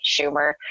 Schumer